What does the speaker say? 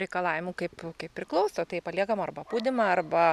reikalavimų kaip kaip priklauso tai paliekam arba pūdymą arba